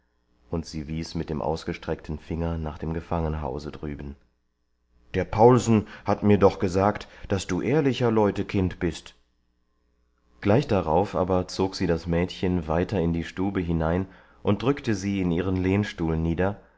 und sie wies mit dem ausgestreckten finger nach dem gefangenhause drüben der paulsen hat mir doch gesagt daß du ehrlicher leute kind bist gleich darauf aber zog sie das mädchen weiter in die stube hinein und drückte sie in ihren lehnstuhl nieder